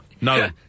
no